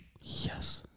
Yes